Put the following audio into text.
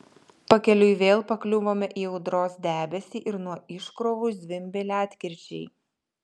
pakeliui vėl pakliuvome į audros debesį ir nuo iškrovų zvimbė ledkirčiai